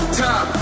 top